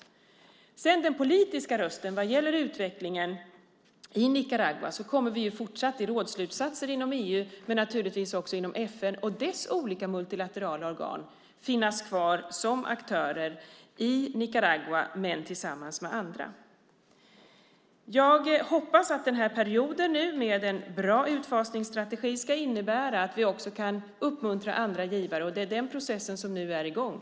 Vad gäller den politiska rösten i fråga om utvecklingen i Nicaragua kommer vi ju fortsatt i rådsslutsatser inom EU, men naturligtvis också inom FN och dess olika multilaterala organ, att finnas kvar som aktörer i Nicaragua men tillsammans med andra. Jag hoppas att den här perioden med en bra utfasningsstrategi nu ska innebära att vi också kan uppmuntra andra givare. Det är den processen som nu är i gång.